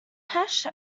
hash